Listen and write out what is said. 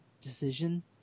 decision